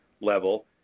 level